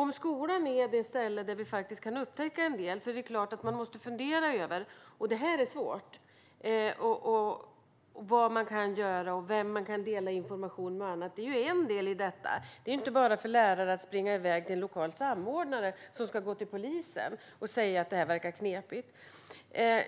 Om skolan är det ställe där vi faktiskt kan upptäcka en del är det klart att man måste fundera över - och detta är svårt! - vad man kan göra och vem man kan dela information och annat med. Det är en del i detta. Det är inte bara för lärare att springa iväg till en lokal samordnare, som ska gå till polisen, och säga att detta verkar knepigt.